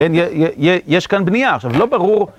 כן יש כאן בניה, עכשיו לא ברור